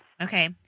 Okay